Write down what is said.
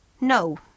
No